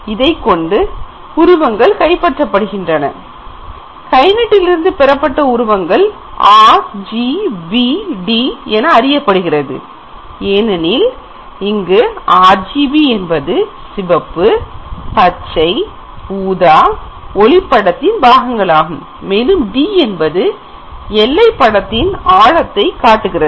அதை கொண்டு உருவங்கள் கைப்பற்றப்படுகின்றன Kinect இருந்து பெறப்பட்ட உருவங்கள் RGBD என அறியப்படுகிறது ஏனெனில் இங்கு RGB என்பது சிவப்பு பச்சை ஊதா ஒளி படத்தின் பாகங்களாகும் மேலும் D என்பது எல்லை பட ஆழத்தை காட்டுகிறது